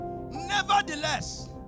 Nevertheless